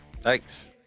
Thanks